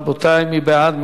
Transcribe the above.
רבותי, מי בעד?